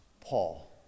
Paul